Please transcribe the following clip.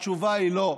התשובה היא לא.